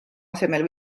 asemel